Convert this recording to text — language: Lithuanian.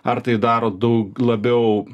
ar tai daro daug labiau